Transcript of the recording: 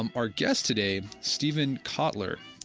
um our guest today, steven kotler